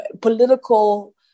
political